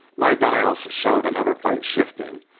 my dials showed another plate shifting,